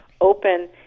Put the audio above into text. open